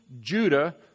Judah